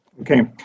Okay